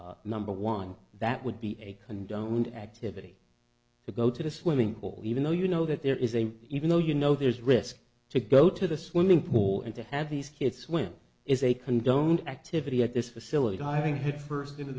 different number one that would be a condoned activity to go to the swimming pool even though you know that there is a even though you know there's risk to go to the swimming pool and to have these kids swim is a condoned activity at this facility diving headfirst into